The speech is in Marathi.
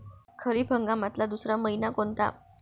खरीप हंगामातला दुसरा मइना कोनता?